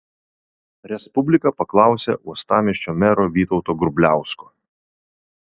respublika paklausė uostamiesčio mero vytauto grubliausko